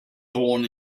born